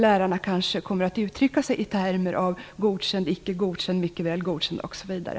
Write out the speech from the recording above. Lärarna kommer kanske att uttrycka sig i termer som godkänd, icke godkänd, mycket väl godkänd osv.